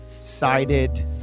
sided